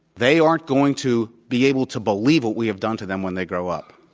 they aren't going to be able to believe what we have done to them when they grow up.